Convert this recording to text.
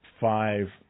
five